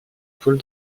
pôle